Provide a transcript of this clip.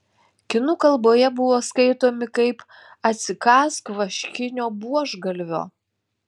kinų kalboje buvo skaitomi kaip atsikąsk vaškinio buožgalvio